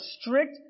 strict